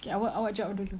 okay awak awak jawab dulu